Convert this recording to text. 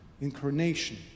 Incarnation